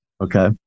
okay